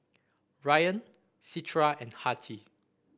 Rayyan Citra and Haryati